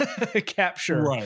capture